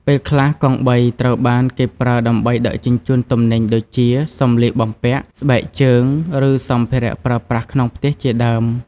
ពេលខ្លះ កង់បីត្រូវបានគេប្រើដើម្បីដឹកជញ្ជូនទំនិញដូចជា សម្លៀកបំពាក់ ស្បែកជើង ឬសម្ភារៈប្រើប្រាស់ក្នុងផ្ទះជាដើម។